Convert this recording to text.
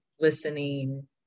listening